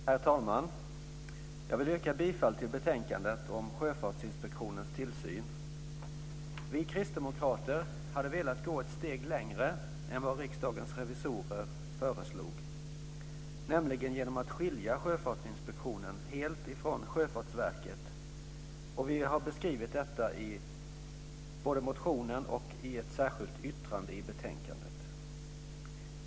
Herr talman! Jag yrkar bifall till hemställan i betänkandet om Sjöfartsinspektionens tillsyn. Vi kristdemokrater hade velat gå ett steg längre än vad Riksdagens revisorer föreslog, nämligen genom att skilja Sjöfartsinspektionen helt ifrån Sjöfartsverket, och vi har beskrivit detta i både en motion och i ett särskilt yttrande i betänkandet.